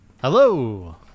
hello